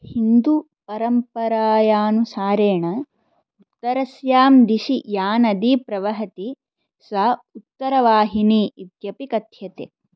हिन्दुपरम्परायानुसारेण उत्तरस्यां दिशि या नदी प्रवहति सा उत्तरवाहिनी इत्यपि कथ्यते